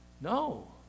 No